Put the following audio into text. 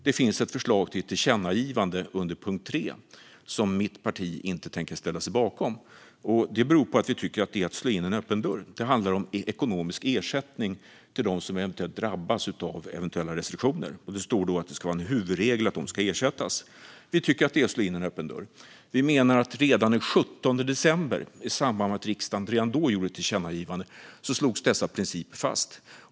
Det finns dock ett förslag till tillkännagivande under punkt 3 som mitt parti inte tänker ställa sig bakom, och det beror på att vi tycker att det är att slå in en öppen dörr. Det handlar om ekonomisk ersättning till dem som drabbas av eventuella restriktioner, och det står i tillkännagivandet att det ska vara en huvudregel att de ska ersättas. Vi tycker att detta är att slå in en öppen dörr. Vi menar att dessa principer slogs fast redan den 17 december i samband med att riksdagen då gjorde ett tillkännagivande.